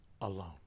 alone